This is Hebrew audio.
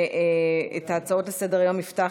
בהצעות לסדר-היום, מס'